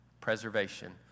Preservation